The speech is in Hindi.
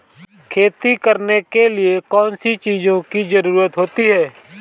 खेती करने के लिए कौनसी चीज़ों की ज़रूरत होती हैं?